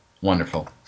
Wonderful